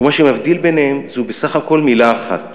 ומה שמבדיל ביניהם הוא בסך הכול מילה אחת